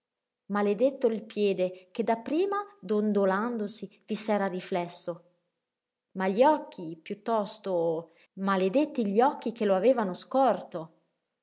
maledetto il piede che dapprima dondolandosi vi s'era riflesso ma gli occhi piuttosto maledetti gli occhi che lo avevano scorto